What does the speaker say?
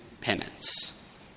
penance